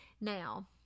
Now